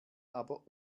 aber